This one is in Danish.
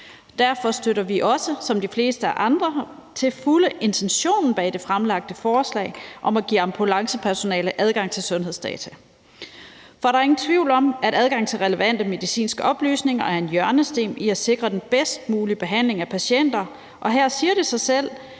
Derfor støtter vi også som de fleste andre til fulde intentionen bag det fremsatte forslag om at give ambulancepersonale adgang til sundhedsdata. For der er ingen tvivl om, at adgang til relevante medicinske oplysninger er en hjørnesten i at sikre den bedst mulige behandling af patienter, og det siger sig selv,